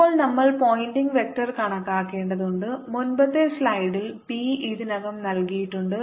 ഇപ്പോൾ നമ്മൾ pointing vector കണക്കാക്കേണ്ടതുണ്ട് മുമ്പത്തെ സ്ലൈഡിൽ ബി ഇതിനകം നൽകിയിട്ടുണ്ട്